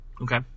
Okay